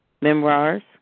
Memoirs